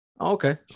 okay